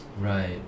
Right